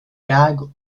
gag